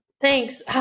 Thanks